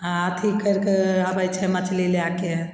आओर अथी करिके आबय छै मछली लएके